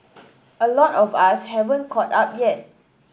a lot of us haven't caught up yet